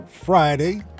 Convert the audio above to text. Friday